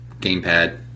gamepad